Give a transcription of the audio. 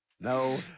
no